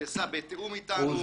הוא נעשה בתיאום אתנו.